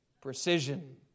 Precision